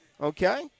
okay